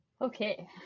Okay